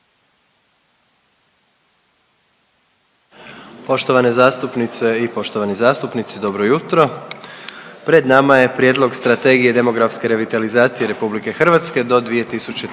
Poštovane zastupnice i poštovani zastupnici dobro jutro. Pred nama je: - Prijedlog Strategije demografske revitalizacije RH do 2033.g.